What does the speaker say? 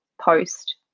post